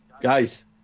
guys